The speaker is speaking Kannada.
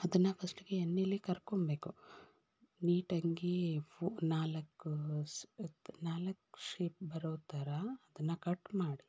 ಅದನ್ನು ಫಸ್ಟ್ಗೆ ಎಣ್ಣೇಲಿ ಕರ್ಕೊಳ್ಬೇಕು ನೀಟಾಗಿ ಫೋ ನಾಲ್ಕು ಶ್ ನಾಲ್ಕು ಶೇಪ್ ಬರೋ ಥರ ಅದನ್ನು ಕಟ್ ಮಾಡಿ